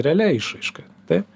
realia išraiška taip